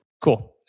cool